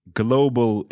global